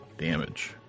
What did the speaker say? damage